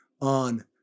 on